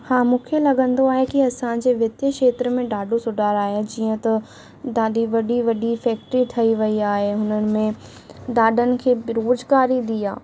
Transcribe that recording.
हा मूंखे लॻंदो आहे की असांजे वित्तीय खेत्र में ॾाढो सुधारु आहियो जीअं त ॾाढी वॾी वॾी फैक्ट्री ठही वई आहे ऐं हुननि में ॾाढनि खे बेरोज़गारी ॾी आहे